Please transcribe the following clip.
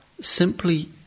simply